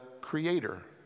creator